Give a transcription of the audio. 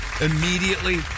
immediately